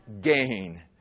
gain